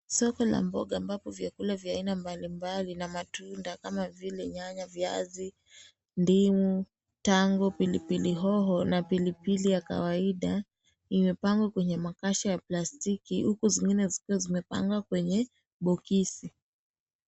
Safu la mboga ambapo vyakula vya aina mbalimbali na matunda kama vile nyanya, viazi, ndimu, tango, pilipili hoho na pilipili ya kawaida vimepangwa kwenye makasha ya plastiki huku zingine zikiwa zimepangwa kwenye bokisi.